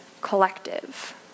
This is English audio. collective